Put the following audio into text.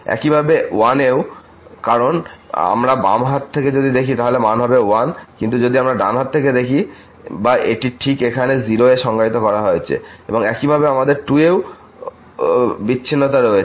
একইভাবে 1 এও কারণ যদি আমরা বাম হাত থেকে দেখি তাহলে মান 1 হবে কিন্তু যদি আমরা ডান হাত থেকে দেখি বা এটি ঠিক এখানে 0 এ সংজ্ঞায়িত করা হয়েছে এবং একইভাবে আমাদের 2 এও বিচ্ছিন্নতা রয়েছে